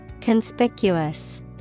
Conspicuous